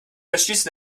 verschließen